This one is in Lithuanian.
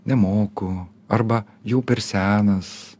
nemoku arba jau per senas